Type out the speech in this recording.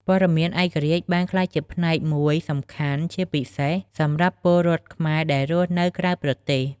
ព័ត៌មានឯករាជ្យបានក្លាយជាផ្នែកមួយសំខាន់ជាពិសេសសម្រាប់ពលរដ្ឋខ្មែរដែលរស់នៅក្រៅប្រទេស។